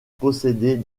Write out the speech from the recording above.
posséder